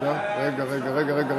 רגע, רגע.